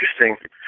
interesting